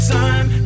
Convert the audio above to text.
time